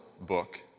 book